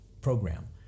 program